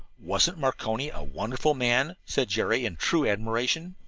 wasn't marconi a wonderful man? said jerry in true admiration.